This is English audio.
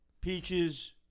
Peaches